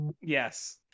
Yes